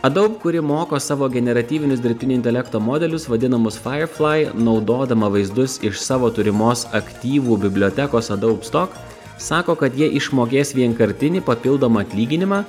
adobe kuri moko savo generatyvinius dirbtinio intelekto modelius vadinamus firefly naudodama vaizdus iš savo turimos aktyvų bibliotekos adobe stock sako kad jie išmokės vienkartinį papildomą atlyginimą